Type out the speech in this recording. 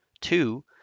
Two